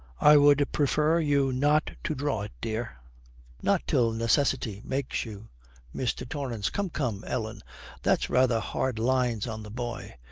i would prefer you not to draw it, dear not till necessity makes you mr. torrance. come, come, ellen that's rather hard lines on the boy.